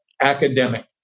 academic